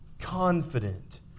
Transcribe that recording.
confident